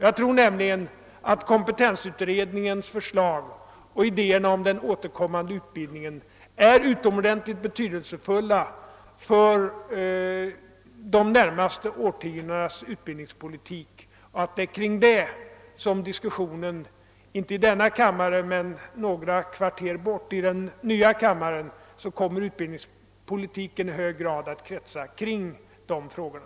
Jag tror nämligen att kompetensutredningens förslag och idéerna om den återkommande utbildningen är utomordentligt betydelsefulla för de närmaste årtiondenas utbildningspolitik. Det är kring dessa frågor som diskus sionen, inte i denna kammare utan i den nya kammaren några kvarter härifrån, i hög grad kommer att kretsa.